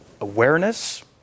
awareness